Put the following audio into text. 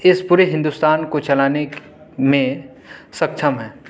اس پورے ہندوستان کو چلانے میں سکچھم ہے